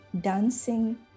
dancing